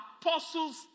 apostles